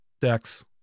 decks